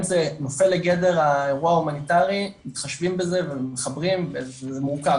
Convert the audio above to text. זה נופל לגדר האירוע ההומניטרי מתחשבים בזה ומחברים וזה מורכב,